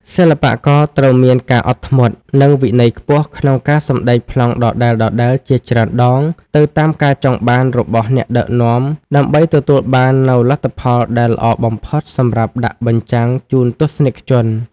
សិល្បករត្រូវមានការអត់ធ្មត់ និងវិន័យខ្ពស់ក្នុងការសម្ដែងប្លង់ដដែលៗជាច្រើនដងទៅតាមការចង់បានរបស់អ្នកដឹកនាំ ដើម្បីទទួលបាននូវលទ្ធផលដែលល្អបំផុតសម្រាប់ដាក់បញ្ចាំងជូនទស្សនិកជន។